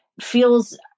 feels